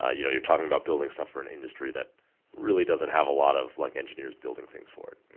ah you know you're talking about building stuff for an industry that really doesn't have a lot of like engineers building things for it.